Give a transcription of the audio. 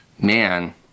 man